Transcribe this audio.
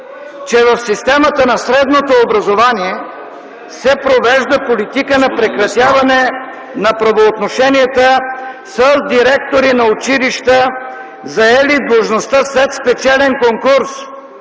че в системата на средното образование се провежда политика на прекратяване на правоотношенията с директори на училища, заели длъжността след спечелен конкурс.